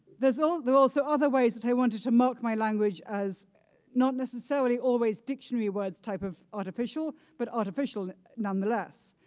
there so there are also other ways that i wanted to mark my language as not necessarily always dictionary words type of artificial, but artificial nonetheless.